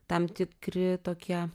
tam tikri tokie